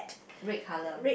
red colour